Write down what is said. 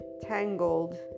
tangled